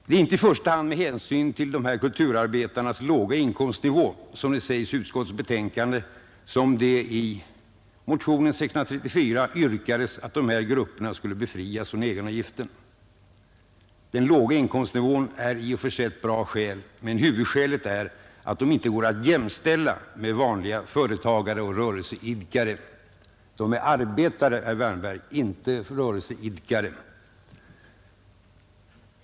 Det är inte i första hand med hänsyn till dessa kulturarbetares låga inkomstnivå — som det sägs i utskottsbetänkandet — som det i motionen 634 yrkas att de här grupperna skall befrias från egenavgiften. Den låga inkomstnivån är i och för sig ett gott skäl, men huvudskälet är att det inte går att jämställa dem med vanliga företagare och rörelseidkare. De är arbetare, herr Wärnberg, men inte rörelseidkare.